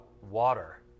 water